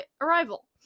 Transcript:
arrival